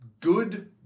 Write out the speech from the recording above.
good